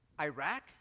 Iraq